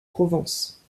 provence